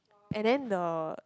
and then the